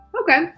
okay